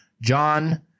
John